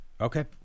okay